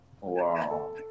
Wow